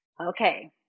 Okay